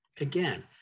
Again